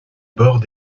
bords